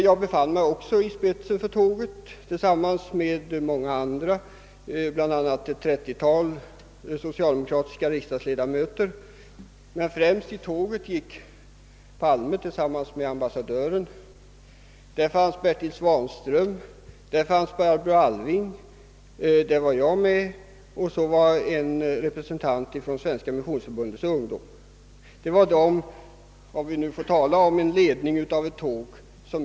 Jag befann mig också i spetsen för tåget tillsammans med många andra, bl.a. ett trettiotal socialdemokratiska riksdagsledamöter. Men främst i tåget gick statsrådet Palme tillsammans med ambassadören. I början av detta tåg befann sig också bl.a. Bertil Svahnström, Barbro Alving och en representant för Svenska missionsförbundets ungdomsorganisation.